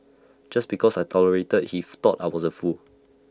just because I tolerated he thought I was A fool